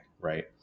Right